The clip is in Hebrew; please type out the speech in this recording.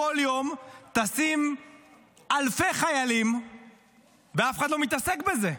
כל יום טסים אלפי חיילים ואף אחד לא מתעסק בזה,